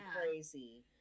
crazy